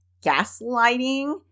Gaslighting